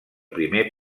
primer